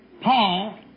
Paul